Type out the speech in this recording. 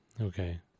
Okay